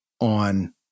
on